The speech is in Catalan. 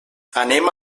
anem